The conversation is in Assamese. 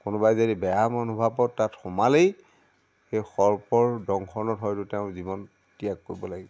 কোনোবাই যদি বেয়া মনুভাৱত তাত সোমালেই সেই সৰ্পৰ দংশনত হয়তো তেওঁ জীৱন ত্যাগ কৰিব লাগিব